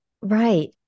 Right